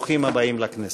ברוכים הבאים לכנסת.